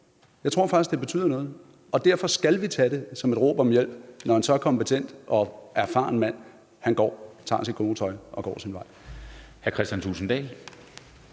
Jeg tror faktisk det betyder noget, og derfor skal vi tage det som et råb om hjælp, når en så kompetent og erfaren mand tager sit gode tøj og går sin vej.